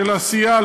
של עשייה.